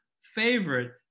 favorite